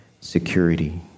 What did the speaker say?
security